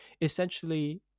essentially